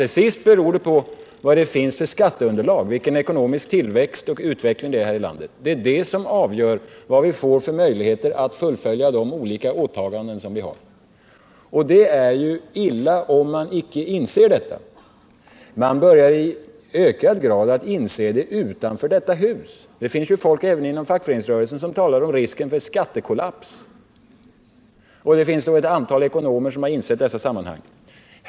Till sist beror det på vad det finns för skatteunderlag, vilken ekonomisk tillväxt och utveckling vi har i landet. Det är det som avgör vad vi får för möjligheter att fullfölja de olika åtaganden vi bundit oss för. Det är illa om man icke inser detta. Människorna utanför detta hus börjar i ökad grad inse det. Det finns folk även inom fackföreningsrörelsen som talar om risken för skattekollaps. Och det finns även ett antal ekonomer som insett dessa sammanhang.